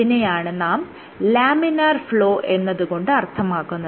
ഇതിനെയാണ് നാം laminar flow എന്നത് കൊണ്ട് അർത്ഥമാക്കുന്നത്